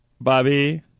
Bobby